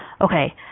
Okay